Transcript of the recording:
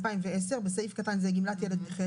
התש"ע-2010 (בסעיף קטן זה גמלת ילד נכה),